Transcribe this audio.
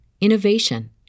innovation